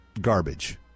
garbage